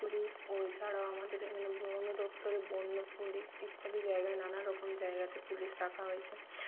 police ও এছাড়াও আমাদের এখানে বন দপ্তরে বন্য পুলিশ ইত্যাদি জায়গায় নানারকম জায়গাতে পুলিশ রাখা হয়েছে